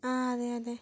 അതെ അതെ